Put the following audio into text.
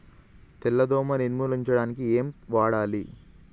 తెల్ల దోమ నిర్ములించడానికి ఏం వాడాలి?